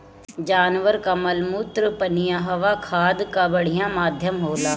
जानवर कअ मलमूत्र पनियहवा खाद कअ बढ़िया माध्यम होला